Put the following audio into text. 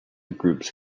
groups